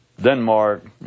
Denmark